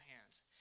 hands